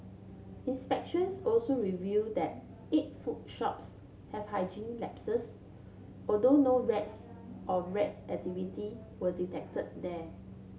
inspections also revealed that eight food shops have hygiene lapses although no rats or rat activity were detected there